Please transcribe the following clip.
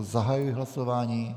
Zahajuji hlasování.